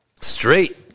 Straight